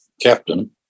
captain